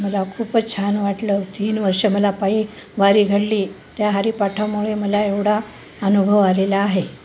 मला खूपच छान वाटलं तीन वर्ष मला पायी वारी घडली त्या हारीपाठामुळे मला एवढा अनुभव आलेला आहे